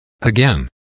Again